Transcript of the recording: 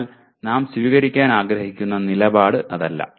എന്നാൽ നാം സ്വീകരിക്കാൻ ആഗ്രഹിക്കുന്ന നിലപാട് അതല്ല